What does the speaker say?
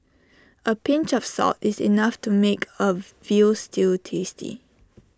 A pinch of salt is enough to make A Veal Stew tasty